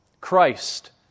Christ